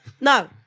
No